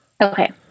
Okay